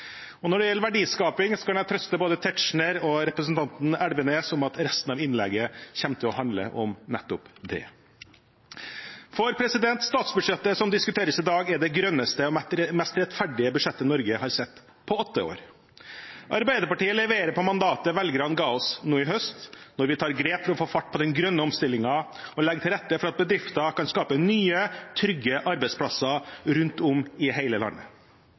Og når det gjelder verdiskaping, kan jeg trøste både Tetzschner og representanten Elvenes med at resten av innlegget kommer til å handle om nettopp det. Statsbudsjettet som diskuteres i dag, er det grønneste og mest rettferdige budsjettet Norge har sett på åtte år. Arbeiderpartiet leverer på mandatet velgerne ga oss nå i høst – når vi tar grep for å få fart på den grønne omstillingen og legger til rette for at bedrifter kan skape nye, trygge arbeidsplasser rundt om i hele landet.